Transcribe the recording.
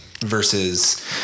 versus